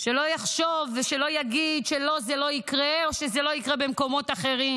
שלא יחשוב ושלא יגיד שלו זה לא יקרה או שזה לא יקרה במקומות אחרים.